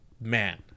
Man